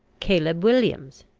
caleb williams,